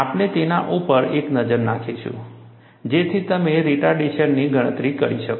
આપણે તેના ઉપર એક નજર નાખીશું જેથી તમે રિટર્ડેશનની ગણતરી કરી શકો